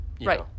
right